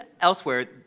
elsewhere